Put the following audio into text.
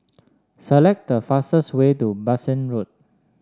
select the fastest way to Bassein Road